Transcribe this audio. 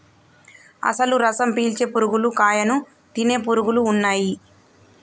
అసలు రసం పీల్చే పురుగులు కాయను తినే పురుగులు ఉన్నయ్యి